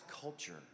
culture